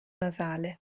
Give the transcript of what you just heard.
nasale